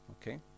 Okay